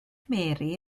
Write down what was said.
mary